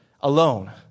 alone